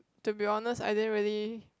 to be honest I didn't really